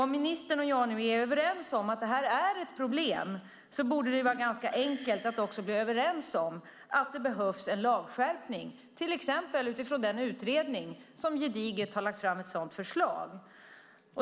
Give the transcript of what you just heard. Om ministern och jag nu är överens om att det här är ett problem borde det vara ganska enkelt att också bli överens om att det behövs en lagskärpning, till exempel utifrån den utredning som har lagt fram ett gediget sådant förslag.